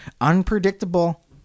unpredictable